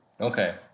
Okay